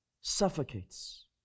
suffocates